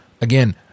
again